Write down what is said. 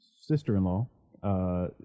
sister-in-law